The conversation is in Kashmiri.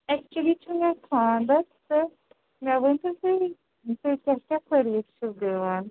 اٮ۪کچُؤلی چھُ مےٚ خانٛدَر تہٕ مےٚ ؤنۍ تو تُہۍ کیٛاہ کیٛاہ سٔروِس چھِو دِوان